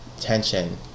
tension